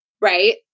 Right